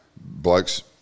blokes